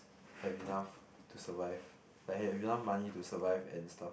have enough to survive like have enough money to survive and stuff